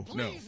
no